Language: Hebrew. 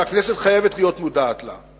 שהכנסת חייבת להיות מודעת לה: